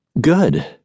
Good